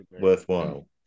worthwhile